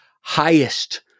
highest